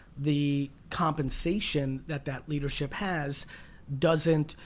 the compensation that that leadership has doesn't,